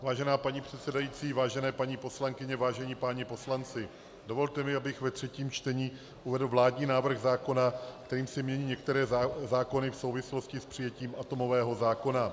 Vážená paní předsedající, vážené paní poslankyně, vážení páni poslanci, dovolte mi, abych ve třetím čtení uvedl vládní návrh zákona, kterým se mění některé zákony v souvislosti s přijetím atomového zákona.